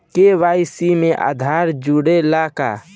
KYC में आधार जुड़े ला का?